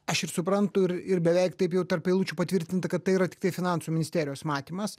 aš ir suprantu ir beveik taip jau tarp eilučių patvirtinta kad tai yra tiktai finansų ministerijos matymas